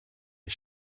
les